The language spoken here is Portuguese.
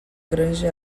grande